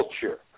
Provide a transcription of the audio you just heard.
culture